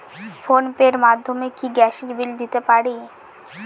Phone pay র মাধ্যমে কি গ্যাসের বিল দিতে পারি?